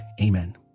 Amen